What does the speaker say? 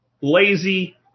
lazy